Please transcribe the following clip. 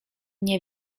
nie